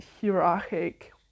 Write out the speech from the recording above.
hierarchic